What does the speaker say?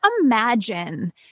imagine